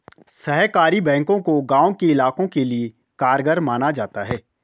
सहकारी बैंकों को गांव के इलाकों के लिये कारगर माना जाता है